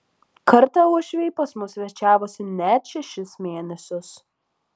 kartą uošviai pas mus svečiavosi net šešis mėnesius